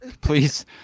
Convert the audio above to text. Please